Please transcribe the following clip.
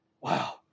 wow